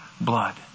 blood